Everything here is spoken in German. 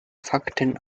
fakten